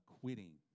quitting